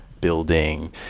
building